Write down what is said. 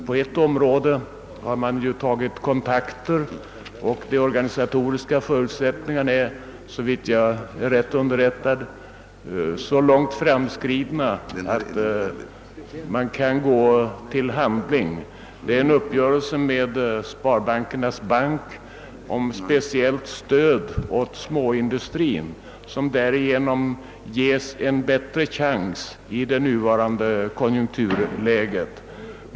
På ett område har man tagit kontakter, och de organisatoriska åtgärder na är såvitt jag är rätt underrättad så långt framskridna att man kan gå till handling omedelbart. Det är en uppgörelse med Sparbankernas bank om speciellt stöd åt småindustrin, som därigenom ges en bättre chans i det nuvarande konjunkturläget.